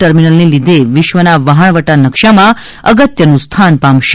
ટર્મિનલને લીધે વિશ્વના વહાણવટા નક્શામાં અગત્યનું સ્થાન પામશે